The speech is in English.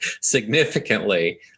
significantly